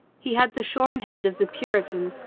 he had the shorn head of the puritan,